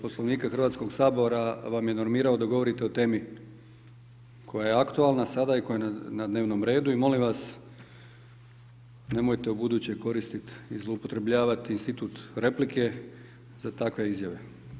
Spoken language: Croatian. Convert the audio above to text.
Poslovnika Hrvatskog sabora vam je normirao da govorite o temi koja je aktualna sada i koja je na dnevnom redu i molim vas nemojte ubuduće koristiti i zloupotrebljavati institut replike za takve izjave.